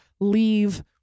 leave